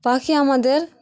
পাখি আমাদের